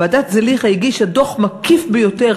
ועדת זליכה הגישה דוח מקיף ביותר,